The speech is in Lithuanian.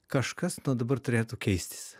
kažkas nuo dabar turėtų keistis